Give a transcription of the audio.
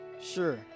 Sure